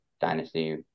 Dynasty